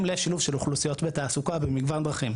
לשילוב של אוכלוסיות בתעסוקה במגוון דרכים,